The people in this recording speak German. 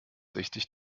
richtig